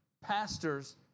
pastors